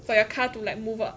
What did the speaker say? for your car to like move up